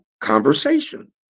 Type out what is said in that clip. conversation